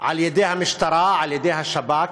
על-ידי המשטרה, על-ידי השב"כ,